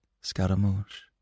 Scaramouche